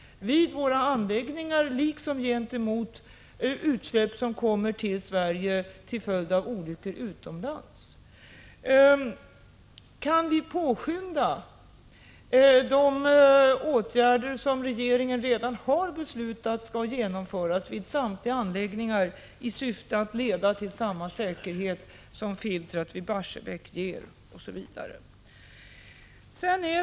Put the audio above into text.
1985/86:137 ningar liksom gentemot utsläpp som kommer till Sverige till följd av olyckor 12 maj 1986 utomlands? Kan vi påskynda de åtgärder som regeringen redan har beslutat skall genomföras vid samtliga anläggningar i syfte att nå samma säkerhet som filtret vid Barsebäck ger, osv.?